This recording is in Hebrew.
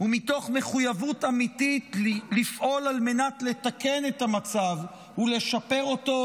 ומתוך מחויבות אמיתית לפעול על מנת לתקן את המצב ולשפר אותו,